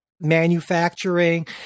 manufacturing